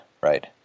right